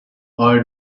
all